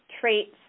traits